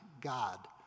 God